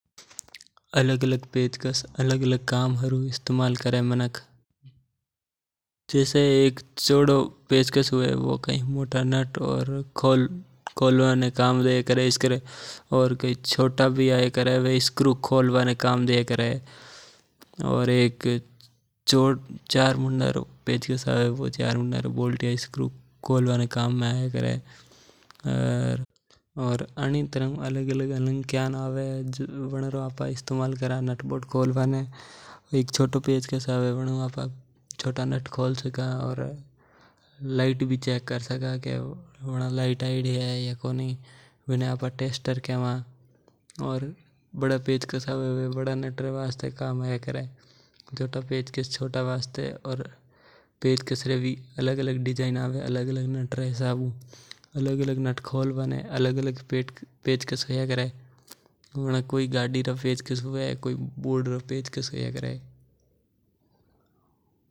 अलग-अलग पेचकस अलग काम काबु उपयोग करिया करे जैसे एक चौड़ा पेचकस हवे जिको मोठा नट बोल्ट खोलवा में काम में लेवे। एक छोटो पेचकस हवे जिको जिको छोटा नट खोलवा में काम आवे। अनामे एक बिलकुल छोटो पेचकस हया करे जिके हु आापा नट भी खोल सका और लाइट भी चेक कर सका जिके ने टेस्टर कइया करे।